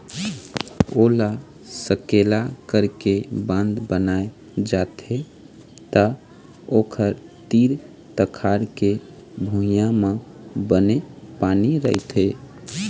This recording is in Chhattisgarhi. ओला सकेला करके बांध बनाए जाथे त ओखर तीर तखार के भुइंया म बने पानी रहिथे